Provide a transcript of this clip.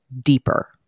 deeper